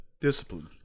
discipline